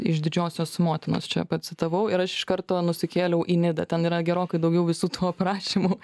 iš didžiosios motinos čia pacitavau ir aš iš karto nusikėliau į nidą ten yra gerokai daugiau visų tų aprašymų